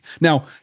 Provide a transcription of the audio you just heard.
Now